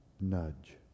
Nudge